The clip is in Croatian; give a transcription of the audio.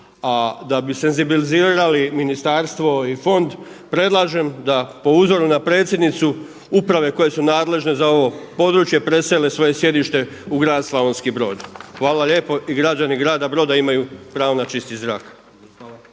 A da bi senzibilizirali ministarstvo i fond, predlažem da po uzoru na predsjednicu uprave koje su nadležne za ovo područje presele svoje sjedište u grad Slavonski Brod. Hvala lijepo i građani grada Broda imaju pravo na čisti zrak.